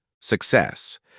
Success